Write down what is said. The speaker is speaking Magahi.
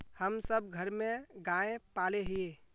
हम सब घर में गाय पाले हिये?